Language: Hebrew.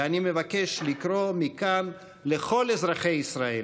ואני מבקש לקרוא מכאן לכל אזרחי ישראל: